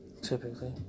Typically